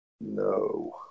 no